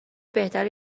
بهتره